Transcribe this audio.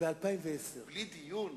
אחר כך יאשרו אותו.